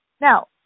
Now